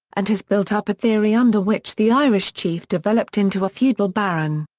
and has built up a theory under which the irish chief developed into a feudal baron.